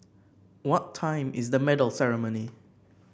what time is the medal ceremony